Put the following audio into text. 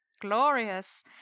Glorious